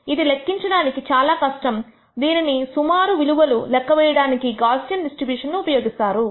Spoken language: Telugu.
ఇది లెక్కించడానికి చాలా కష్టం దీనిని సుమారు విలువలు లెక్కవేయడానికి గాసియన్ డిస్ట్రిబ్యూషన్ ఉపయోగిస్తాము